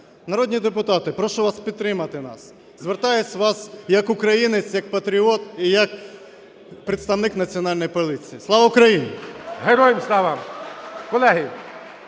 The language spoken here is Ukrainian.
Народні депутати, прошу вас підтримати нас. Звертаюсь до вас як українець, як патріот і як представник Національної поліції. Слава Україні! ГОЛОВУЮЧИЙ. Героям Слава! Колеги,